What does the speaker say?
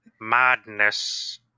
madness